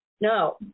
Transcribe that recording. no